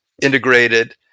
integrated